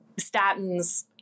statins